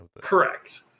Correct